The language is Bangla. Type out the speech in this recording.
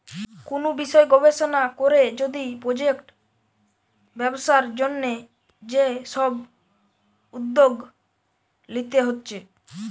কুনু বিষয় গবেষণা কোরে যদি প্রজেক্ট ব্যবসার জন্যে যে সব উদ্যোগ লিতে হচ্ছে